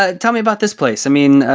ah tell me about this place. i mean,